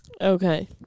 Okay